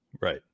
Right